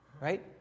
right